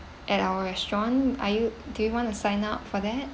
at our restaurant are you do you want to sign up for that